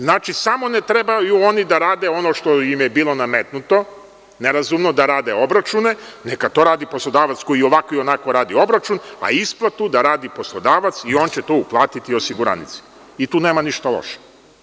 Znači, samo ne trebaju oni da rade ono što im je bilo nametnuto, nerazumno da rade obračune, neka to radi poslodavac koji ovako i onako radi obračun, a isplatu da radi poslodavac i on će to uplatiti osiguranici i tu nema ništa loše.